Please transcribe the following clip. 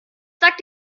sagt